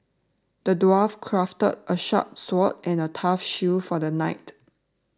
the dwarf crafted a sharp sword and a tough shield for the knight